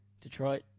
Detroit